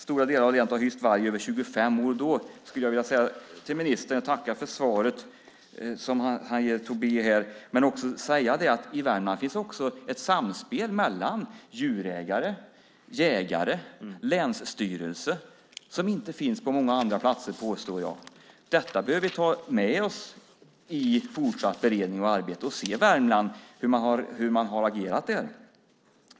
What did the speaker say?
Stora delar av länet har hyst varg i över 25 år. Jag skulle vilja tacka ministern för svaret som han ger Tobé, men jag vill också säga att i Värmland finns ett samspel mellan djurägare, jägare och länsstyrelse som inte finns på många andra platser, påstår jag. Detta bör vi ta med oss i fortsatt beredning och arbete och se hur man har agerat i Värmland.